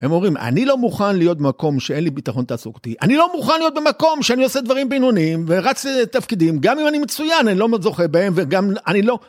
הם אומרים, אני לא מוכן להיות במקום שאין לי ביטחון תעסוקתי, אני לא מוכן להיות במקום שאני עושה דברים בינוניים ורץ לתפקידים, גם אם אני מצוין, אני לא מאוד זוכה בהם וגם אני לא...